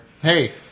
Hey